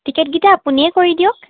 টিকেটকেইটা আপুনিয়ে কৰি দিয়ক